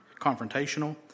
confrontational